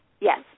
Yes